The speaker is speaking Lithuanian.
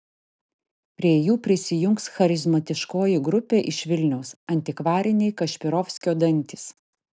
prie jų prisijungs charizmatiškoji grupė iš vilniaus antikvariniai kašpirovskio dantys